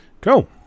cool